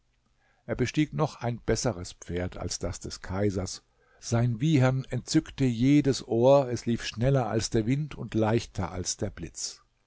er bestieg noch ein besseres pferd als das des kaisers sein wiehern entzückte jedes ohr es lief schneller als der wind und leichter als der blitz